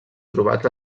trobats